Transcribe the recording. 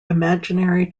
imaginary